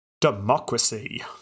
Democracy